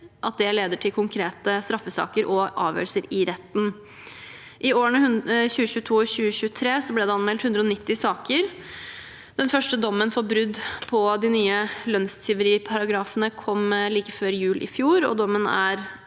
at det leder til konkrete straffesaker og avgjørelser i retten. I årene 2022 og 2023 ble det anmeldt 190 saker. Den første dommen for brudd på de nye lønnstyveriparagrafene kom like før jul i fjor, og dommen er